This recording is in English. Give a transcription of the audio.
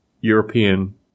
European